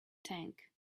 tank